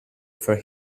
for